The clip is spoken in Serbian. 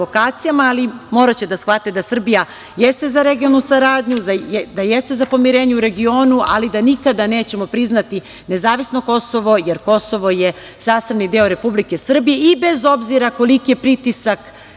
ali moraće da shvate da Srbija jeste za regionalnu saradnju, da jeste za pomirenje u regionu, ali da nikada nećemo priznati nezavisno Kosovo, jer Kosovo je zasebni deo Republike Srbije i bez obzira koliki pritisak